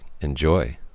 Enjoy